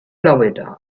florida